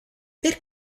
per